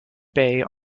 bay